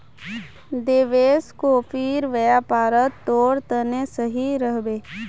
देवेश, कॉफीर व्यापार तोर तने सही रह बे